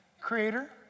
creator